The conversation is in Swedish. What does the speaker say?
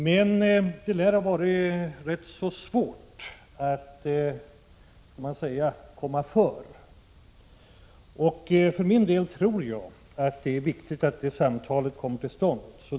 Men det lär ha varit rätt så svårt att få företräde. För min del tror jag att det är viktigt att det samtalet kommer till stånd.